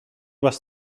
was